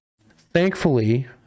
thankfully